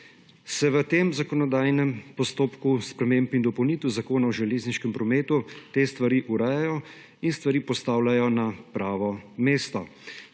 se v tem zakonodajnem postopku sprememb in dopolnitev Zakona o železniškem prometu te stvari urejajo in stvari postavljajo na pravo mesto.